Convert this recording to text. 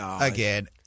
Again